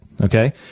okay